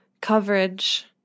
coverage